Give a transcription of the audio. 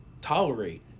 tolerate